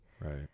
Right